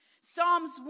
Psalms